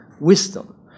Wisdom